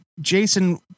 Jason